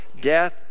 Death